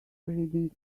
reading